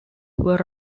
were